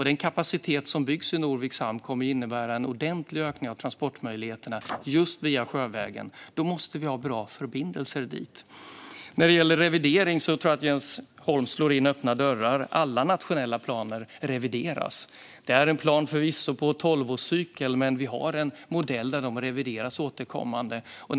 Den kapacitet som byggs i Norviks hamn kommer att innebära en ordentlig ökning av transportmöjligheterna via sjövägen. Då måste vi också ha bra förbindelser dit. Vad gäller revidering tror jag att Jens Holm slår in öppna dörrar. Alla nationella planer revideras. Planen har visserligen en tolvårscykel, men vi har en modell där sådana planer återkommande revideras.